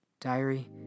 Diary